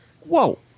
whoa